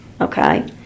Okay